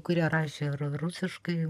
kuria rašė ra rusiškai